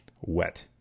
wet